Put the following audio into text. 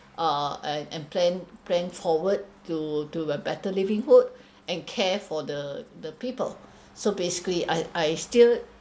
uh and and plan plan forward to to a better livelihood and care for the the people so basically I I still